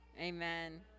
Amen